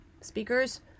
speakers